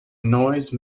noise